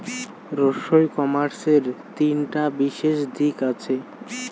ই কমার্সের তিনটা বিশেষ দিক আছে